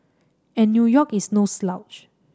and New York is no slouch